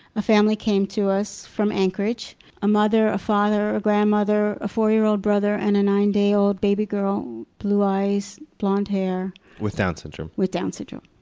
a family came to us, from anchorage a mother, a father, a grandmother, a four-year-old brother, and a nine-day-old baby girl. blue eyes, blond hair with down syndrome? with down syndrome,